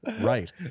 right